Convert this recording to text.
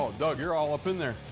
doug, you're all up in there.